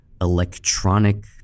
electronic